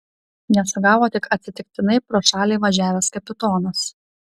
ją sugavo tik atsitiktinai pro šalį važiavęs kapitonas